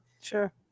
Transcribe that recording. Sure